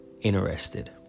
interested